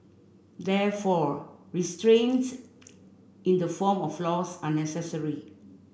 therefore restraints in the form of laws are necessary